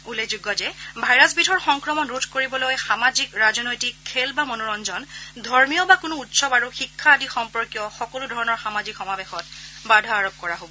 উল্লেখযোগ্য যে ভাইৰাছবিধৰ সংক্ৰমণ ৰোধ কৰিবলৈ সামাজিক ৰাজনৈতিক খেল বা মনোৰঞ্জন ধৰ্মীয় বা কোনো উৎসৱ আৰু শিক্ষা আদি সম্পৰ্কীয় সকলোধৰণৰ সামাজিক সমাৱেশত বাধা আৰোপ কৰা হ'ব